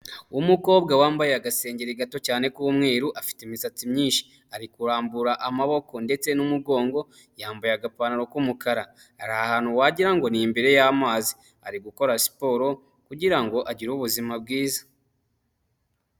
Umukobwa wambaye agasengengeri gato cyane k'umweru afite imisatsi myinshi ari kurambura amaboko ndetse n'umugongo yambaye agapantaro k'umukara ari ahantu wagirango ngo ni imbere y'amazi ari gukora siporo kugirango ngo agire ubuzima bwiza.